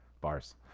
Bars